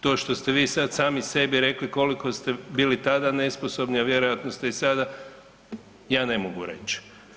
To što ste svi sad sami sebi rekli koliko ste bili tada nesposobni a vjerojatno ste i sada, ja ne mogu reći.